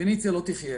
"פניציה" לא תחיה